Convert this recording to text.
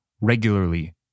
regularly